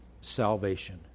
salvation